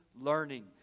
learning